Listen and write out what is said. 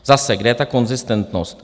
Zase, kde je ta konzistentnost?